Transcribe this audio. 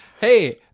Hey